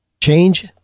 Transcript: change